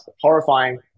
horrifying